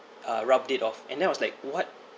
uh rubbed it off and then I was like what